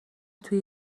توی